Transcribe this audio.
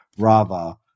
rava